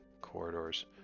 corridors